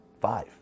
five